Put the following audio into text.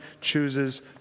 chooses